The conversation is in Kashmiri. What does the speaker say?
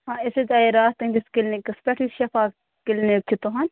ہاں أسۍ حظ آیے راتھ تُہٕنٛدِس کٕلنِکس پیٹھ یُس شَفا کِلنِک چھُ تُہُنٛد